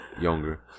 younger